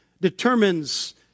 determines